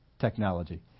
technology